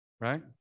right